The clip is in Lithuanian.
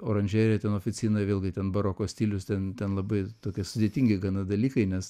oranžerija ten oficinoj vėlgi ten baroko stilius ten ten labai tokie sudėtingi gana dalykai nes